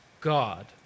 God